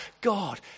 God